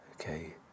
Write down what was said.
okay